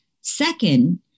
Second